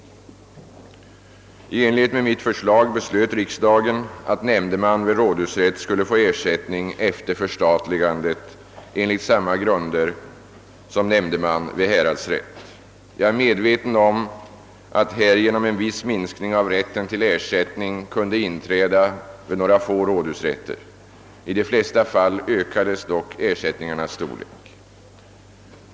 I enlighet med mitt förslag beslöt riksdagen att nämndeman vid rådhusrätt skulle få ersättning efter förstatligandet enligt samma grunder som nämndeman vid häradsrätt. Jag är medveten om att härigenom en viss minskning av rätten till ersättning kunde inträda vid några få rådhusrätter. I de flesta fall ökades dock ersättningarnas storlek.